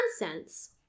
nonsense